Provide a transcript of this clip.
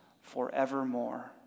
forevermore